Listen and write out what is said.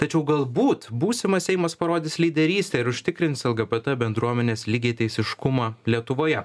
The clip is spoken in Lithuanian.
tačiau galbūt būsimas seimas parodys lyderystę ir užtikrins lgbt bendruomenės lygiateisiškumą lietuvoje